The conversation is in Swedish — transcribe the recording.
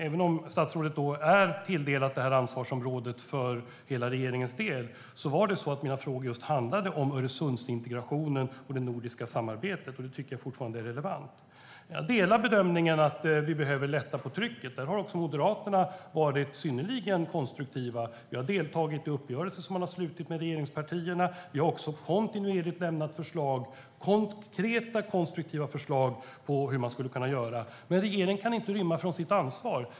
Även om statsrådet är tilldelad det här ansvarsområdet för hela regeringens del var det så att mina frågor just handlade om Öresundsintegrationen och det nordiska samarbetet. Det tycker jag fortfarande är relevant. Jag delar bedömningen att vi behöver lätta på trycket. Där har Moderaterna varit synnerligen konstruktiva. Vi har deltagit i uppgörelser som har slutits med regeringspartierna. Vi har också kontinuerligt lämnat konkreta och konstruktiva förslag på hur man skulle kunna göra. Men regeringen kan inte rymma från sitt ansvar.